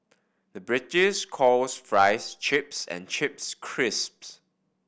the British calls fries chips and chips crisps